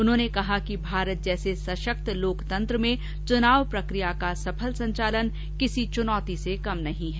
उन्होंने कहा कि भारत जैसे सशक्त लोकतंत्र में चुनाव प्रकिया का सफल संचालन किसी चुनौती से कम नहीं है